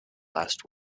last